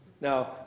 Now